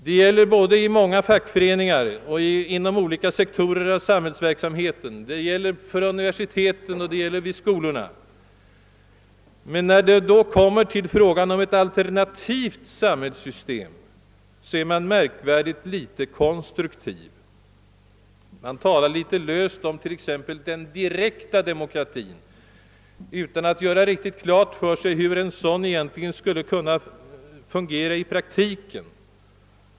Detta gäller i många fackföreningar, inom olika sektorer av samhällsverksamheten, såsom vid universiteten och i skolorna 0. s. v. Men när det kommer till frågan om ett alternativt samhällssystem är man märkvärdigt litet konstruktiv. Man talar litet löst t.ex. om den direkta demokratin som en möjlighet utan att göra riktigt klart för sig hur en sådan egent ligen skall kunna fungera i präktiken.